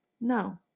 No